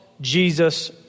Jesus